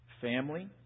family